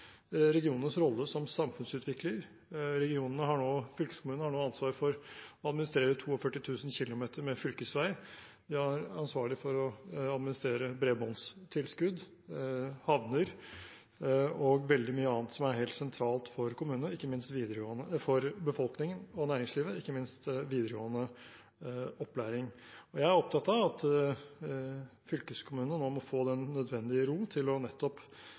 regionenes rolle som samfunnsutvikler. Fylkeskommunene har nå ansvar for å administrere 42 000 km med fylkesvei, de er ansvarlig for å administrere bredbåndstilskudd, havner og veldig mye annet som er helt sentralt for kommunene, befolkningen og næringslivet, ikke minst videregående opplæring. Jeg er opptatt av at fylkeskommunene nå må få den nødvendige ro til nettopp å